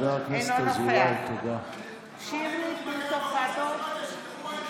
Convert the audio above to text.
אינו נוכח שירלי פינטו קדוש,